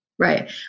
Right